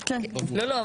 לא,